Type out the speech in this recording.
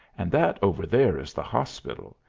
and that over there is the hospital,